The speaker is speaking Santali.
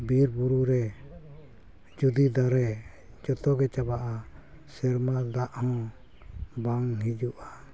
ᱵᱤᱨ ᱵᱩᱨᱩ ᱨᱮ ᱡᱩᱫᱤ ᱫᱟᱨᱮ ᱡᱚᱛᱚᱜᱮ ᱪᱟᱵᱟᱜᱼᱟ ᱥᱮᱨᱢᱟ ᱫᱟᱜ ᱦᱚᱸ ᱵᱟᱝ ᱦᱤᱡᱩᱜᱼᱟ